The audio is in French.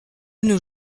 nos